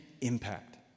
impact